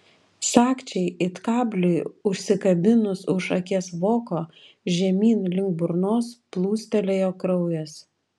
sagčiai it kabliui užsikabinus už akies voko žemyn link burnos plūstelėjo kraujas